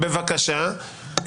אורנה, בבקשה.